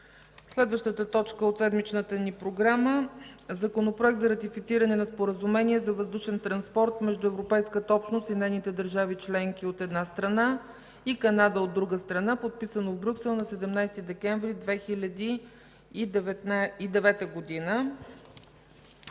събрание да приеме на първо гласуване Законопроект за ратифициране на Споразумение за въздушен транспорт между Европейската общност и нейните държави членки, от една страна, и Канада, от друга страна, подписано в Брюксел на 17 декември 2009 г.,